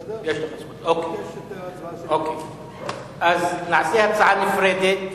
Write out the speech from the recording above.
בסדר, אז נעשה הצעה נפרדת.